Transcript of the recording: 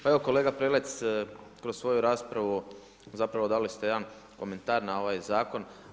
Pa evo kolega Prelec kroz svoju raspravu zapravo dali ste jedan komentar na ovaj zakon.